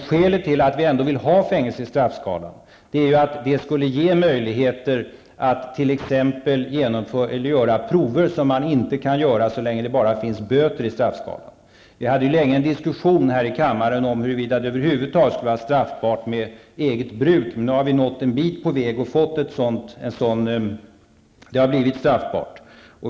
Skälet till att vi ändå vill ha fängelse med i straffskalan är att det ger möjligheter att ta prover, vilket annars inte är möjligt så länge det endast finns böter i straffskalan. Vi hade ju länge en diskussion här i kammaren om huruvida eget bruk över huvud taget skulle vara straffbart. Nu har vi nått en bit på väg, och det har blivit straffbart.